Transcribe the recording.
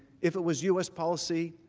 if it was u s. policy,